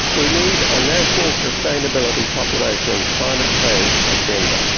we need a national sustainability population and climate change agenda.